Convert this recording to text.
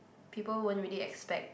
people won't really expect